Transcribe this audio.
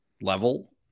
level